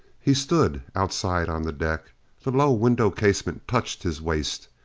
he stood outside on the deck the low window casement touched his waist.